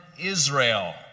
Israel